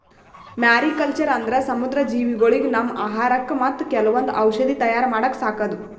mariculture ಅಂದ್ರ ಸಮುದ್ರ ಜೀವಿಗೊಳಿಗ್ ನಮ್ಮ್ ಆಹಾರಕ್ಕಾ ಮತ್ತ್ ಕೆಲವೊಂದ್ ಔಷಧಿ ತಯಾರ್ ಮಾಡಕ್ಕ ಸಾಕದು